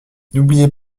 n’oubliez